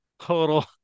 total